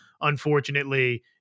unfortunately